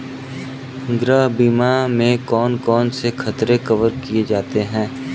गृह बीमा में कौन कौन से खतरे कवर किए जाते हैं?